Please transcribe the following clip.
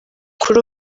kuri